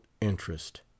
interest